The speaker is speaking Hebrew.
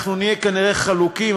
אנחנו נהיה כנראה חלוקים,